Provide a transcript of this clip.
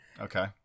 okay